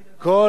כל מחאה,